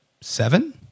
seven